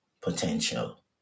potential